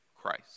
Christ